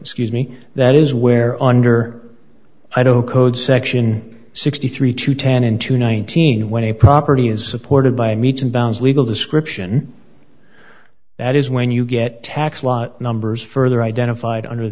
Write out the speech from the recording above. excuse me that is where under i don't code section sixty three to ten into nineteen when a property is supported by meets and bounds legal description that is when you get tax law numbers further identified under